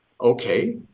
okay